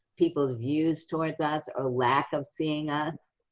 people's views towards us or lack of seeing us.